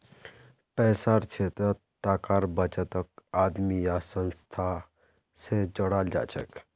पैसार क्षेत्रत टाकार बचतक आदमी या संस्था स जोड़ाल जाछेक